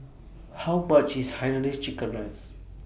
How much IS Hainanese Chicken Rice